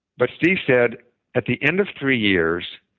but steve said at the end of three years,